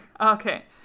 Okay